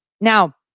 Now